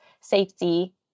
safety